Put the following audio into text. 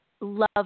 love